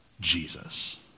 Jesus